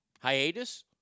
hiatus